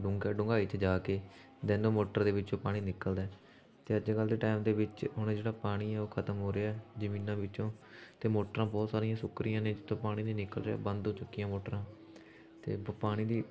ਡੂੰਘਾ ਡੂੰਘਾਈ 'ਚ ਜਾ ਕੇ ਦੈਨ ਮੋਟਰ ਦੇ ਵਿੱਚੋਂ ਪਾਣੀ ਨਿਕਲਦਾ ਅਤੇ ਅੱਜ ਕੱਲ੍ਹ ਦੇ ਟਾਈਮ ਦੇ ਵਿੱਚ ਹੁਣ ਜਿਹੜਾ ਪਾਣੀ ਆ ਉਹ ਖਤਮ ਹੋ ਰਿਹਾ ਜ਼ਮੀਨਾਂ ਵਿੱਚੋਂ ਅਤੇ ਮੋਟਰਾਂ ਬਹੁਤ ਸਾਰੀਆਂ ਸੁੱਕ ਰਹੀਆਂ ਨੇ ਜਿੱਥੋਂ ਪਾਣੀ ਨਹੀਂ ਨਿਕਲ ਰਿਹਾ ਬੰਦ ਹੋ ਚੁੱਕੀਆਂ ਮੋਟਰਾਂ ਅਤੇ ਪਾਣੀ ਦੀ